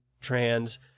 trans